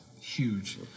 huge